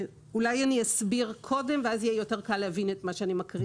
אולי אני קודם אסביר ואז יהיה יותר קל להבין את מה שאני מקריאה.